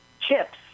Chips